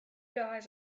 guys